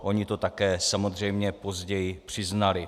Oni to také samozřejmě později přiznali.